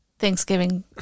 Thanksgiving